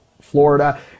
Florida